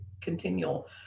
continual